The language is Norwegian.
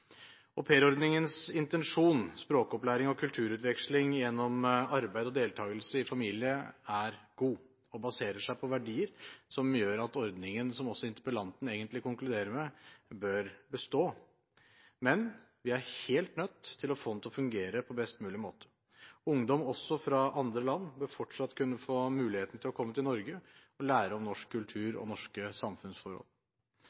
intensjon – språkopplæring og kulturutveksling gjennom arbeid og deltakelse i familie – er god og baserer seg på verdier som gjør at ordningen, som også interpellanten egentlig konkluderer med, bør bestå. Men vi er helt nødt til å få den til å fungere på best mulig måte. Ungdom også fra andre land bør fortsatt kunne få muligheten til å komme til Norge og lære om norsk